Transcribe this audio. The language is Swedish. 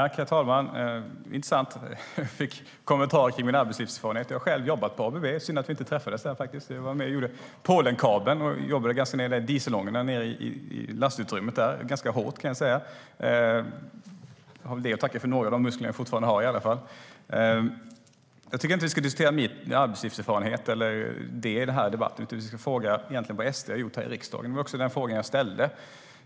Herr talman! Det är intressant att jag fick en kommentar om min arbetslivserfarenhet. Jag har själv jobbat på ABB - synd att vi inte träffades där! Jag var med och gjorde Polenkabeln och jobbade i dieselångorna nere i lastutrymmet. Det var ganska hårt, kan jag säga. Jag har väl det att tacka för några av de muskler jag fortfarande har. Men jag tycker inte att vi ska diskutera min arbetslivserfarenhet i den här debatten. I stället ska vi fråga oss vad SD gjort här i riksdagen. Det var också den fråga jag ställde.